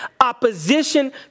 opposition